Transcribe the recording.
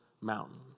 mountain